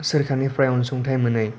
सोरखारनिफ्राय अनसुंथाय मोनै